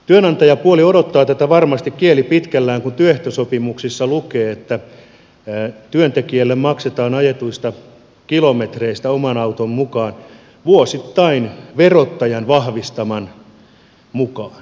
työnantajapuoli odottaa tätä varmasti kieli pitkällä kun työehtosopimuksissa lukee että työntekijälle maksetaan ajetuista kilometreistä oman auton käytössä vuosittain verottajan vahvistaman määrän mukaan